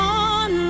on